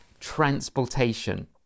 transportation